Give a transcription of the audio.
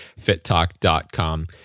fittalk.com